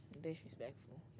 disrespectful